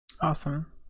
Awesome